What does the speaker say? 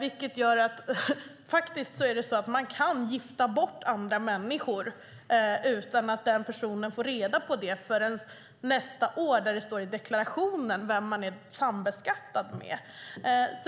Det går att gifta bort andra människor utan att den personen får reda på det förrän nästa år när det står i deklarationen vem man är sambeskattad med.